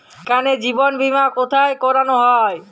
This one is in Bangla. এখানে জীবন বীমা কোথায় করানো হয়?